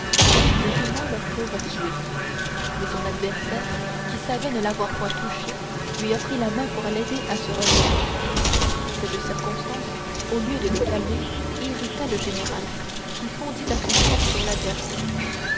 les témoins le crurent tué mais son adversaire qui savait ne l'avoir point touché lui offrit la main pour l'aider à se relever cette circonstance au lieu de le calmer irrita le général qui fondit à son tour sur son adversaire